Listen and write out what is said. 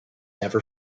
never